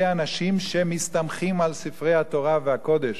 אנשים שמסתמכים על ספרי התורה והקודש,